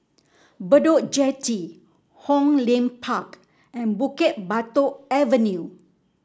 Bedok Jetty Hong Lim Park and Bukit Batok Avenue